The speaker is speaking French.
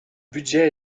budget